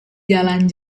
jalan